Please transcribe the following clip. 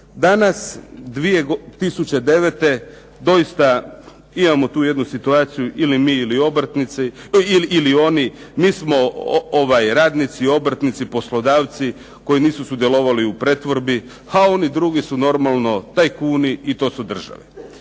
Danas, 2009. doista imamo tu jednu situaciju ili mi ili obrtnici ili oni. Mi smo radnici, obrtnici, poslodavci koji nisu sudjelovali u pretvorbi, a oni drugi su normalno tajkuni i to su država.